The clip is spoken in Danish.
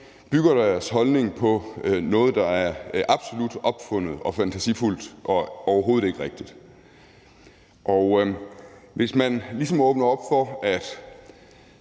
bygger deres holdning på noget, der er absolut opfundet og fantasifuldt og overhovedet ikke rigtigt. Hvis man ligesom åbner op for, at